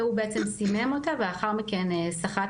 שהוא בעצם סימם אותה ולאחר מכן סחט